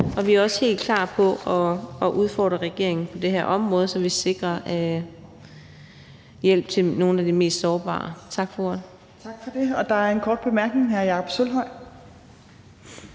og vi er også helt klar til at udfordre regeringen på det her område, så vi sikrer hjælp til nogle af de mest sårbare. Tak for ordet. Kl. 21:37 Fjerde næstformand (Trine